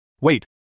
Wait